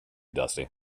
dusty